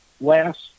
last